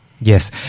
Yes